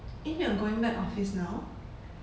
eh you are going back office now